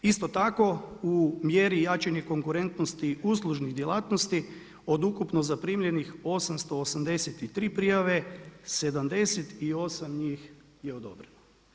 Isto tako u mjeri jačanje konkurentnosti uslužnih djelatnosti od ukupno zaprimljenih 883 prijave 78 njih je odobreno.